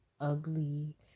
Ugly